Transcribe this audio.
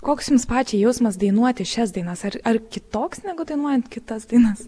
koks jums pačiai jausmas dainuoti šias dainas ar ar kitoks negu dainuojant kitas dainas